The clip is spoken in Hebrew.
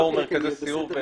פורום מרכזי סיור.